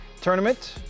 tournament